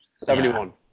Seventy-one